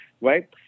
Right